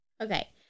Okay